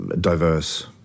diverse